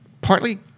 partly